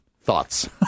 Thoughts